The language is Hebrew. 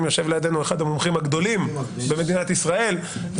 יושב לידינו אחד המומחים הגדולים במדינת ישראל,